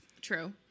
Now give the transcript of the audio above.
True